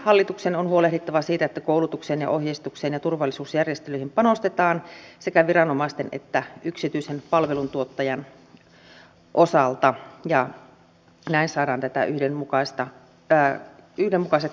poliisihallituksen on huolehdittava siitä että koulutukseen ohjeistukseen ja turvallisuusjärjestelyihin panostetaan sekä viranomaisten että yksityisen palveluntuottajan osalta ja näin saadaan yhdenmukaiset käytännöt